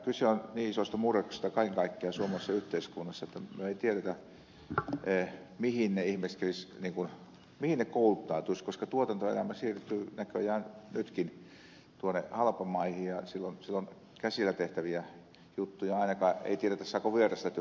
kyse on niin isosta murroksesta kaiken kaikkiaan suomalaisessa yhteiskunnassa että me emme tiedä mihin ne ihmiset kouluttautuisivat koska tuotantoelämä siirtyy näköjään nytkin tuonne halpamaihin ja silloin käsillä tehtäviä juttuja ainakaan ei tiedetä saako vierasta työtä